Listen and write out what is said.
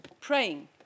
Praying